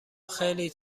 خیلی